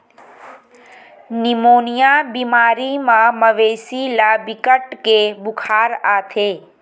pneumonia बेमारी म मवेशी ल बिकट के बुखार आथे